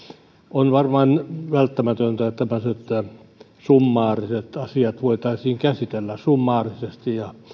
on varmaan välttämätöntä että tämmöiset summaariset asiat voitaisiin käsitellä summaarisesti ja